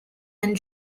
and